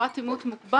ופרט אימות מוגבר.